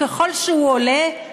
ככל שהוא עולה,